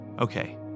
Okay